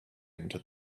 into